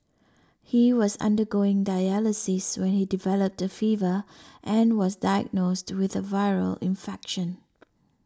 he was undergoing dialysis when he developed a fever and was diagnosed with a viral infection